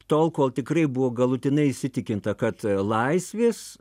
tol kol tikrai buvo galutinai įsitikinta kad laisvės